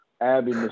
Abby